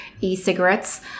e-cigarettes